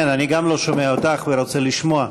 כן, גם אני לא שומע אותך ורוצה לשמוע.